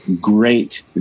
great